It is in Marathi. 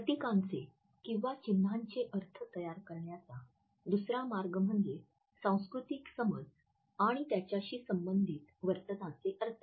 प्रतीकांचे किंवा चिन्हांचे अर्थ तयार करण्याचा दुसरा मार्ग म्हणजे सांस्कृतिक समज आणि त्याच्याशी संबंधित वर्तनाचे अर्थ